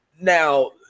Now